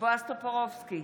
בועז טופורובסקי,